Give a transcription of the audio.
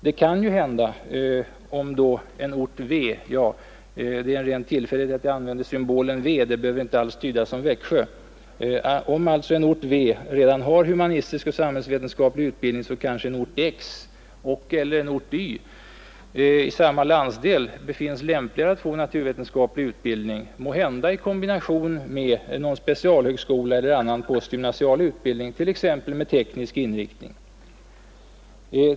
Det kan ju hända att om en ort V — ja, det är en ren tillfällighet att jag använder symbolen V, och det behöver inte alls tydas som Växjö — redan har humanistisk och samhällsvetenskaplig utbildning, så kanske en ort X och/eller en ort Y i samma landsdel befinnes lämpligare att få naturvetenskaplig utbildning, måhända i kombination med någon specialhögskola eller annan postgymnasial utbildning med t.ex. teknisk inriktning.